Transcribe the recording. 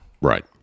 Right